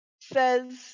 says